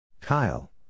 Kyle